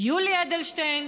יולי אדלשטיין,